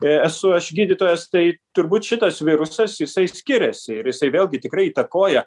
esu aš gydytojas tai turbūt šitas virusas jisai skiriasi ir jisai vėlgi tikrai įtakoja